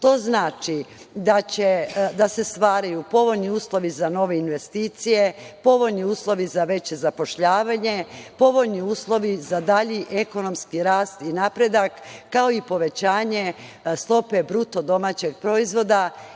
To znači da se stvaraju povoljni uslovi za nove investicije, povoljni uslovi za veće zapošljavanje, povoljni uslovi za dalji ekonomski rast i napredak, kao i povećanje stope bruto domaćeg proizvoda,